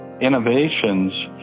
innovations